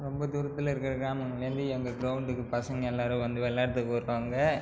ரொம்ப தூரத்தில் இருக்கிற கிராமங்களில் இருந்து எங்கள் கிரௌண்டுக்கு பசங்க எல்லோரும் வந்து விளையாட்றதுக்கு வருவாங்க